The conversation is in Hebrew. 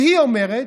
והיא אומרת: